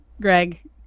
Greg